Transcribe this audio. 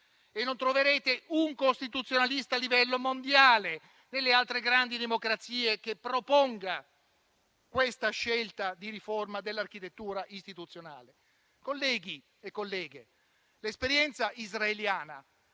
E non troverete un costituzionalista, a livello mondiale, nelle altre grandi democrazie che proponga questa scelta di riforma dell'architettura istituzionale. Colleghi e colleghe, l'esperienza israeliana